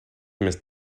més